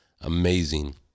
amazing